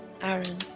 Aaron